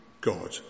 God